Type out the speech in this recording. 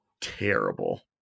terrible